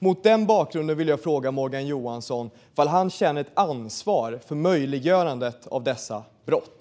Mot den bakgrunden vill jag fråga Morgan Johansson ifall han känner ett ansvar för möjliggörandet av dessa brott.